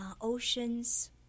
oceans